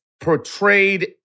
portrayed